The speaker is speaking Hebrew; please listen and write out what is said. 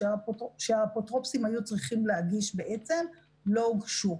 שהאפוטרופוסים היו צריכים להגיש לא הוגשו.